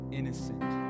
innocent